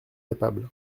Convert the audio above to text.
capable